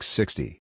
sixty